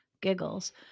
giggles